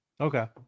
okay